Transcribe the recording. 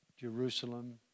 Jerusalem